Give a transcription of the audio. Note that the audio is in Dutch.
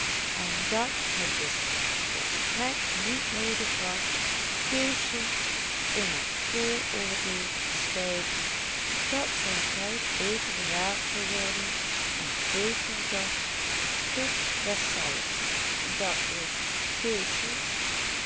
en dat het dus volstrekt niet noodig was keesje in het vooroordeel te stijven dat zijn geld beter bewaard zou worden en zekerder tot deszelfs d i